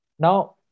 Now